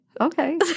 okay